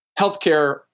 healthcare